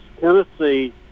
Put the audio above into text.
tennessee